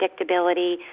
predictability